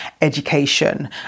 education